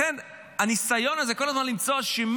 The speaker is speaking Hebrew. לכן הניסיון הזה כל הזמן למצוא אשמים,